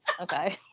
okay